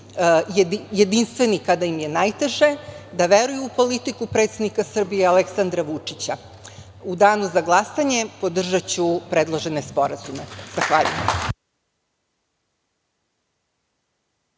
jedinstveni kada im je najteže, da veruju u politiku predsednika Srbije Aleksandra Vučića.U danu za glasanje podržaću predložene sporazume. Zahvaljujem.